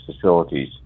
facilities